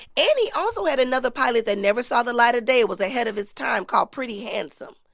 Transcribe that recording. and he also had another pilot that never saw the light of day it was ahead of its time called pretty handsome.